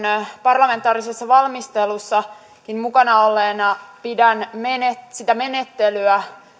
parlamentaarisessa valmistelussa mukana olleena pidän sitä menettelyä